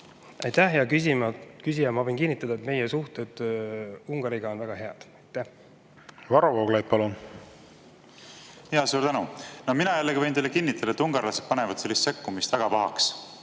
Aitäh, hea küsija! Ma võin kinnitada, et meie suhted Ungariga on väga head. Varro Vooglaid, palun! Suur tänu! No mina jällegi võin teile kinnitada, et ungarlased panevad sellist sekkumist väga pahaks.